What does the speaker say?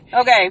Okay